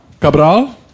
Cabral